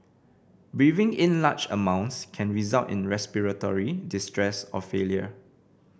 breathing in large amounts can result in respiratory distress or failure